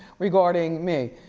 regarding me,